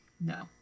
No